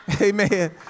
amen